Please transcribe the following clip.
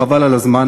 חבל על הזמן,